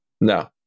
No